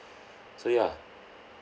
so ya